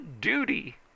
duty